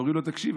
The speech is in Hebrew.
הוא אומר: תקשיב,